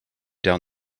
down